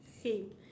okay